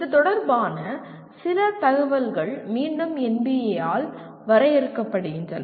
இது தொடர்பான சில தகவல்கள் மீண்டும் NBA ஆல் வரையறுக்கப்படுகின்றன